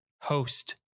host